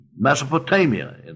Mesopotamia